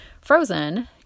frozen